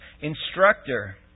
instructor